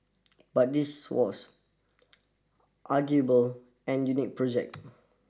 but this was arguable an unique project